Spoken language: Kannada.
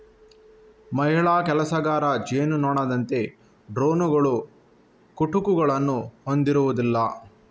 ಮಹಿಳಾ ಕೆಲಸಗಾರ ಜೇನುನೊಣದಂತೆ ಡ್ರೋನುಗಳು ಕುಟುಕುಗಳನ್ನು ಹೊಂದಿರುವುದಿಲ್ಲ